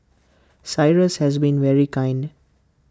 cyrus has been very kind